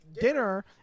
dinner